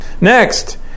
Next